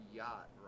yacht